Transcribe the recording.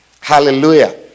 Hallelujah